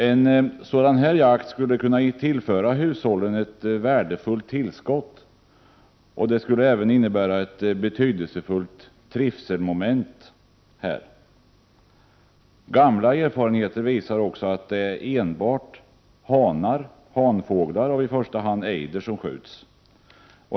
En sådan jakt skulle kunna tillföra hushållen ett värdefullt tillskott och även innebära ett betydelsefullt trivselmoment. Gamla erfarenheter visar att enbart hanfåglar av i första hand ejder skjuts.